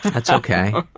that's ok.